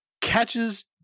catches